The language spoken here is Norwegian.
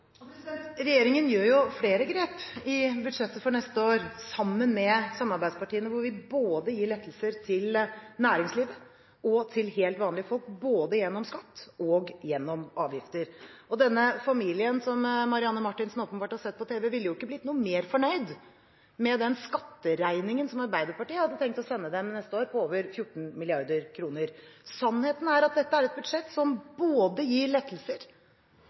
Regjeringen gjør jo flere grep i budsjettet for neste år sammen med samarbeidspartiene. Vi gir lettelser til næringslivet og til helt vanlige folk, både gjennom skatt og gjennom avgifter. Og denne familien som Marianne Marthinsen åpenbart har sett på tv, ville jo ikke blitt noe mer fornøyd med den skatteregningen som Arbeiderpartiet hadde tenkt å sende dem neste år, på over 14 mrd. kr. Sannheten er at dette er et budsjett som gir lettelser,